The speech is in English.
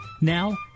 Now